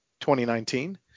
2019